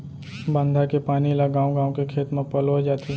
बांधा के पानी ल गाँव गाँव के खेत म पलोए जाथे